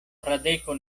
fradeko